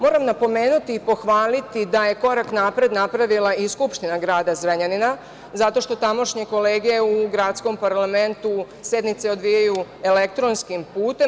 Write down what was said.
Moram pomenuti i pohvaliti da je korak napred napravila i Skupština grada Zrenjanina zato što tamošnje kolege u gradskom parlamentu sednice odvijaju elektronskim putem.